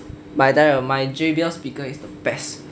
but I tell you my J_B_L speaker is the best